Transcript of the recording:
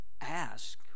ask